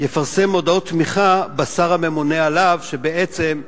יפרסם מודעות תמיכה בשר הממונה עליו", שבעצם,